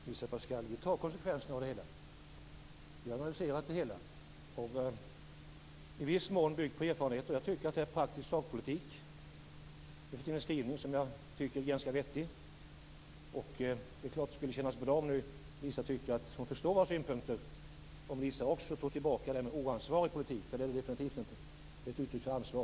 Fru talman! Vi tar konsekvenserna av det hela, Elisa Abascal Reyes, och det är i viss mån byggt på erfarenheter. Det är praktisk sakpolitik och en vettig skrivning. Det skulle kännas bra om Elisa Abascal Reyes skulle förstå våra synpunkter och att hon tar tillbaka att hon tycker att det är en oansvarig politik. Det är det definitivt inte. Vi tar naturligtvis ansvar.